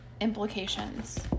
implications